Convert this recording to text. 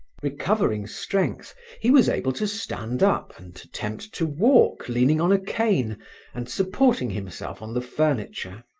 recovering strength, he was able to stand up and attempt to walk, leaning on a cane and supporting himself on the furniture.